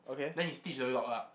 then she stitch the dead dog up